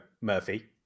Murphy